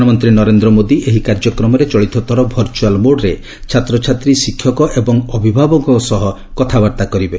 ପ୍ରଧାନମନ୍ତ୍ରୀ ନରେନ୍ଦ୍ର ମୋଦୀ ଏହି କାର୍ଯ୍ୟକ୍ରମରେ ଚଳିତ ଥର ଭର୍ଚୁଆଲ୍ ମୋଡ୍ରେ ଛାତ୍ରଛାତ୍ରୀ ଶିକ୍ଷକ ଏବଂ ଅଭିଭାବକଙ୍କ ସହ କଥାବାର୍ତ୍ତା କରିବେ